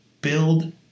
build